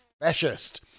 fascist